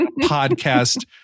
podcast